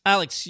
Alex